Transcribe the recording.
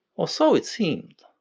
or so it seemed.